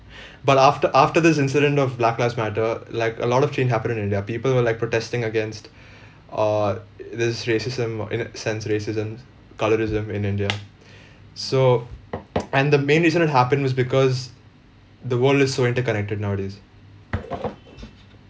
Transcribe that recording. but after after this incident of black lives matter like a lot of change happened in india people were like protesting against err this racism uh in a sense racism colourism in india so and the main reason it happened was because the world is so interconnected nowadays